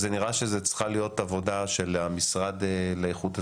זה נראה שצריכה להיות עבודה של המשרד לאיכות הסביבה,